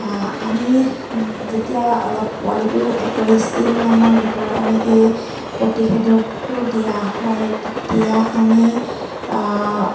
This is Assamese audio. আমি যেতিয়া অলপ পোৱালিটো একৈছ দিনমানৰ ভিতৰত আমি এই প্ৰতিষেধকটো দিয়া হয় তেতিয়া আমি